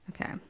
Okay